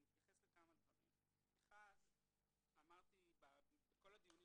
אני אתייחס לכמה דברים: אמרתי בכל הדיונים